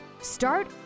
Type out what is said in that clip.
start